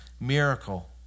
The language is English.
miracle